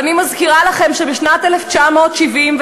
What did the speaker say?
ואני מזכירה לכם שבשנת 1976,